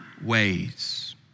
ways